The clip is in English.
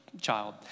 child